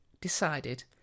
decided